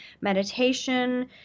meditation